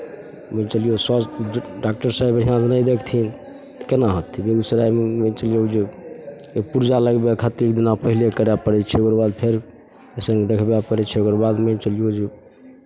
मानि कऽ चलियौ सभ डॉक्टर साहेब यहाँ नहि देखथिन तऽ केना हेतै बेगूसरायमे मानि कऽ चलियौ जे एक पुरजा लगबय खातिर एक दिना पहिले करय पड़ै छै ओकर बाद फेर पेशेंट देखबय पड़ै छै ओकर बाद मानि कऽ चलियौ जे